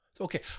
Okay